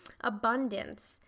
abundance